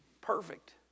perfect